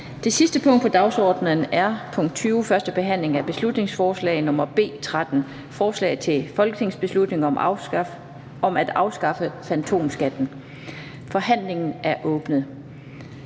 Det sidste punkt på dagsordenen er: 20) 1. behandling af beslutningsforslag nr. B 13: Forslag til folketingsbeslutning om at afskaffe fantomskatten. Af Mona